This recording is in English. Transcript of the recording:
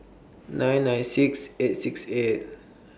nine nine six eight six eight